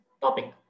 topic